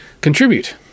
Contribute